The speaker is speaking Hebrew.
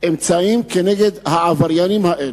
אמצעים נגד העבריינים האלה.